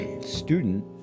student